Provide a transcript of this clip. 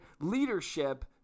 leadership